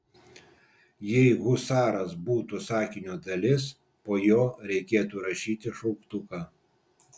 jei husaras būtų sakinio dalis po jo reikėtų rašyti šauktuką